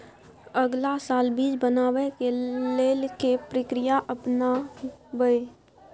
अगला साल बीज बनाबै के लेल के प्रक्रिया अपनाबय?